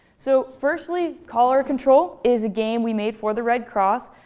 so firstly, cholera control is a game we made for the red cross.